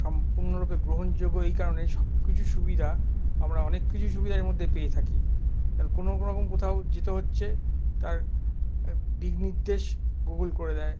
সম্পূর্ণরূপে গ্রহণযোগ্য এই কারণে সব কিছু সুবিধা আমরা অনেক কিছু সুবিধা এর মধ্যে পেয়ে থাকি এর কোনো রকম কোথাও যেতে হচ্ছে তার দিক নির্দেশ গুগল করে দেয়